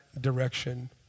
direction